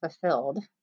fulfilled